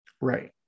Right